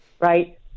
right